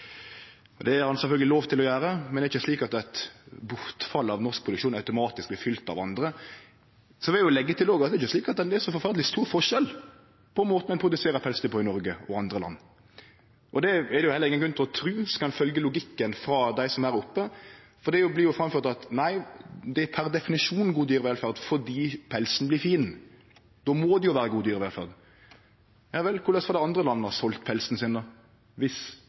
Det har ein sjølvsagt lov til å gjere, men det er ikkje slik at eit bortfall av norsk produksjon automatisk blir fylt av andre. Eg vil leggje til at det er ikkje så forferdeleg stor forskjell på måten ein produserer pelsdyr på i Noreg og i andre land. Det er det heller ingen grunn til å tru, skal ein følgje logikken til dei som er her oppe, for det blir framført at det per definisjon er god dyrevelferd fordi pelsen blir fin – då må det jo vere god dyrevelferd. Ja vel, korleis vil då andre land få selt pelsen sin, viss